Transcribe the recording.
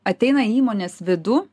ateina į įmonės vidų